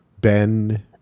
Ben